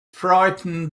frightened